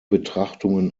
betrachtungen